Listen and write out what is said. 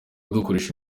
dukoresha